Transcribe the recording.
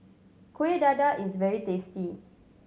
Kueh Dadar is very tasty